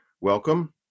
welcome